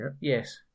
Yes